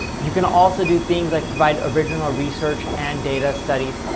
you can also do things like provide original research and data studies.